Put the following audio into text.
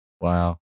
Wow